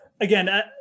Again